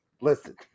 listen